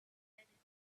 anything